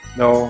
no